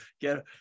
get